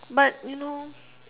but you know